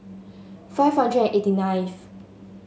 five hundred and eighty ninth